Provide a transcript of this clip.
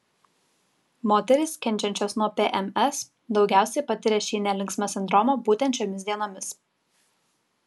moterys kenčiančios nuo pms daugiausiai patiria šį nelinksmą sindromą būtent šiomis dienomis